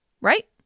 right